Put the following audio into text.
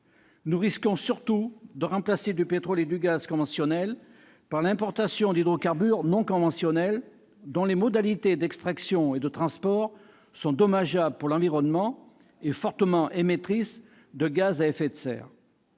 Nous risquons surtout de remplacer du pétrole et du gaz conventionnels par l'importation d'hydrocarbures non conventionnels, dont les modalités d'extraction et de transport sont dommageables pour l'environnement et fortement émettrices de gaz à effet de serre.